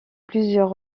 plusieurs